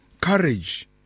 courage